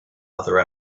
other